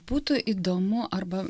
būtų įdomu arba